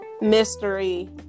mystery